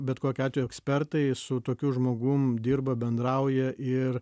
bet bet kokiu atveju ekspertai su tokiu žmogum dirba bendrauja ir